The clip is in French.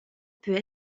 peut